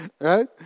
right